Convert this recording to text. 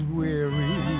weary